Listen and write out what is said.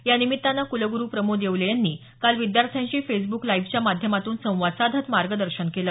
या निमित्तानं कुलगुरू प्रमोद येवले यांनी काल विद्यार्थ्यांशी फेसबुक लाईव्हच्या माध्यमातून संवाद साधत मार्गदर्शन केलं